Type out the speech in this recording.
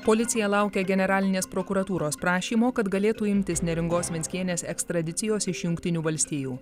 policija laukia generalinės prokuratūros prašymo kad galėtų imtis neringos venckienės ekstradicijos iš jungtinių valstijų